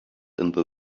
into